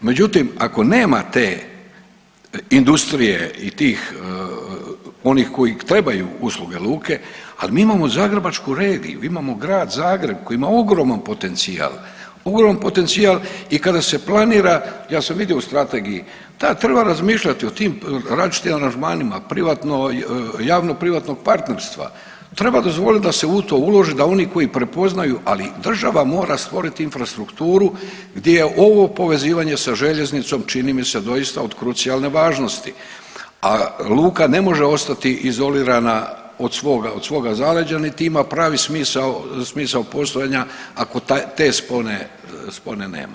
Međutim, ako nema te industrije i tih onih koji trebaju usluge luke, ali mi imamo zagrebačku regiju, imamo Grad Zagreb koji ima ogroman potencijal, ogroman potencijal i kada se planira, ja sam vidio u Strategiji, tad treba razmišljati o tim različitim angažmanima, privatno, javno-privatnog partnerstva, treba dozvoliti da se u to uloži, da oni koji prepoznaju, ali država mora stvoriti infrastrukturu gdje je ovo povezivanje sa željeznicom, čini mi se, doista od krucijalne važnosti, a luka ne može ostati izolirana od svog zaleđa niti ima pravi smisao postojanja ako te spone nema.